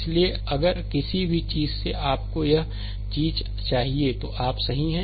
इसलिए अगर किसी भी चीज़ से आपको यह चीज़ चाहिए तो आप सही हैं